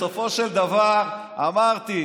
בסופו של דבר אמרתי,